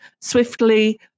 swiftly